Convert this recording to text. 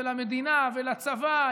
למדינה ולצבא,